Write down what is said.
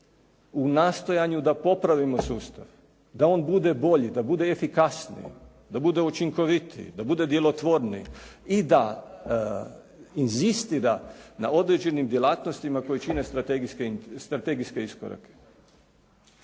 u nastojanju da popravimo sustav, da on bude bolji, da bude efikasniji, da bude učinkovitiji, da bude djelotvorniji i da inizistira na određenim djelatnostima koje čine strategijske iskorake.